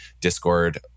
Discord